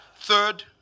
third